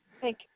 Thank